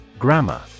Grammar